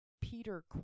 Peter